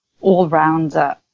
all-rounder